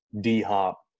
D-Hop